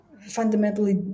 fundamentally